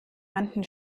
manchen